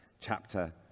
chapter